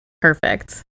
Perfect